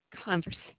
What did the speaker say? conversation